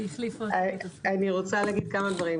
אני רוצה להגיד כמה דברים.